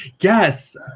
Yes